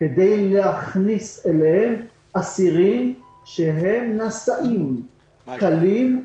כדי להכניס אליהם אסירים שהם נשאים קלים.